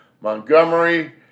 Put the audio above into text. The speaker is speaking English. Montgomery